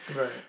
Right